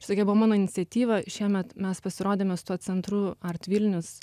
čia tokia buvo mano iniciatyva šiemet mes pasirodėme su tuo centru art vilnius